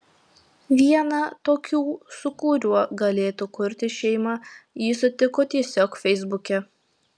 vieną tokių su kuriuo galėtų kurti šeimą ji sutiko tiesiog feisbuke